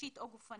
נפשית או גופנית,